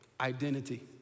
identity